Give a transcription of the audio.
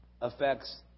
affects